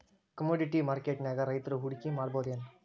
Commodity ಮಾರ್ಕೆಟ್ನ್ಯಾಗ್ ರೈತ್ರು ಹೂಡ್ಕಿ ಮಾಡ್ಬಹುದೇನ್?